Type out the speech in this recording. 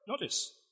Notice